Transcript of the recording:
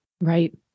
right